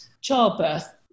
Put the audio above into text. childbirth